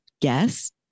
guess